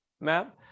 map